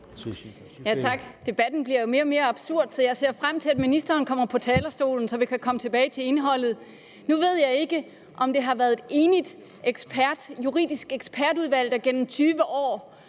Tak. Debatten bliver jo mere og mere absurd, så jeg ser frem til, at ministeren kommer på talerstolen, så vi kan komme tilbage til indholdet. Nu ved jeg ikke, om det har været et enigt Juridisk Specialudvalg, der gennem 20 år